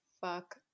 fuck